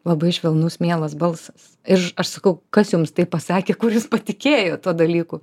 labai švelnus mielas balsas ir aš sakau kas jums taip pasakė kur jūs patikėjot tuo dalyku